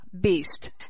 beast